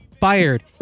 fired